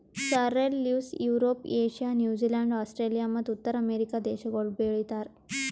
sorrel leaves Europe, Asia, New Zealand, Australia ಮತ್ತ ಉತ್ತರ America ದೇಶಗೊಳ್ ಬೆ ಳಿತಾರ್